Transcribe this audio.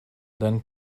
than